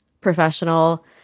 professional